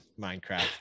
minecraft